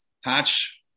Hatch